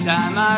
time